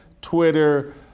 Twitter